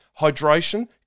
Hydration